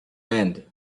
end